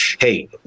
hey